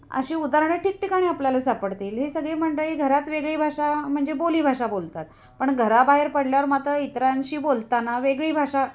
अशी उदाहरणं ठिकठिकाणी आपल्याला सापडतील ही सगळी मंडळी घरात वेगळी भाषा म्हणजे बोली भाषा बोलतात पण घराबाहेर पडल्यावर मात्र इतरांशी बोलताना वेगळी भाषा